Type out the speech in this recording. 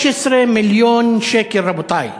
16 מיליון שקל, רבותי,